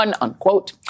unquote